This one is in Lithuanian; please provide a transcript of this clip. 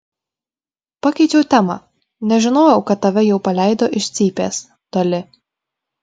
pakeičiau temą nežinojau kad tave jau paleido iš cypės dali